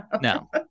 No